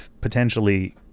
potentially